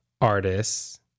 artists